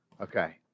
Okay